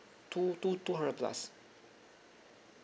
two two two hundred plus